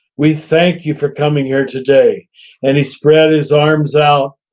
we thank you for coming here today. and he spread his arms out,